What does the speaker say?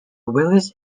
willis